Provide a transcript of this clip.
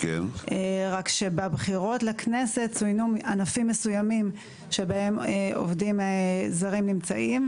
רק שבבחירות לכנסת צוינו ענפים מסוימים שבהם עובדים זרים נמצאים,